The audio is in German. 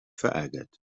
verärgert